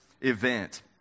event